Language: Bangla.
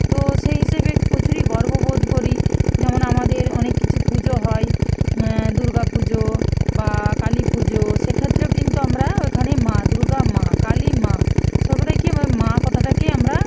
তো সেই হিসেবে প্রচুরই গর্ববোধ করি যেমন আমাদের অনেক কিছু পুজো হয় দুর্গা পুজো বা কালী পুজো সেক্ষেত্রেও কিন্তু আমরা এখানে মা দুর্গা মা কালী মা সর্বদাই কি আমরা মা কথাটাকে আমরা